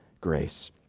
grace